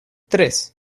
tres